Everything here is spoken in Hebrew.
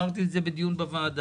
ואמרתי את זה בדיון בוועדה.